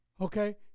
Okay